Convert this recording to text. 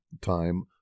time